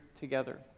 together